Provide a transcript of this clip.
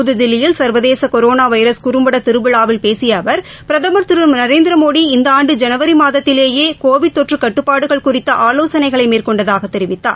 புதுதில்லியில் சர்வதேசகொரோனாவைரஸ் குறம்படதிருவிழாவில் பேசியஅவர் பிரகமர் திருநரேந்திரமோடி இந்தஆண்டு ஜனவரிமாதத்திலேயேகோவிட் தொற்றுகட்டுப்பாடுகள் குறித்தஆவோசனைகளைமேற்கொண்டதாகதெரிவித்தார்